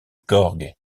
gorge